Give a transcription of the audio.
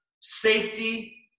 safety